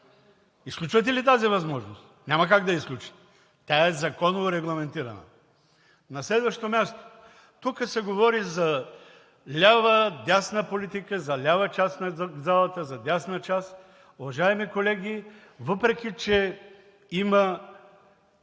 Изключвате ли тази възможност? Няма как да я изключите, тя е законово регламентирана! На следващо място. Тук се говори за лява, дясна политика, за лява част на залата, за дясна част. Уважаеми колеги, въпреки че има